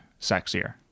sexier